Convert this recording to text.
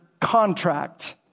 contract